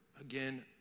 Again